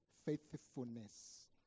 Faithfulness